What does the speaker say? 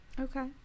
Okay